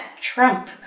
Trump